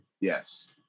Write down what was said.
yes